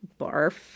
Barf